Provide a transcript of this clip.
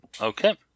Okay